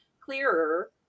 clearer